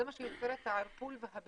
זה מה שיוצר את הערפול והבלבול.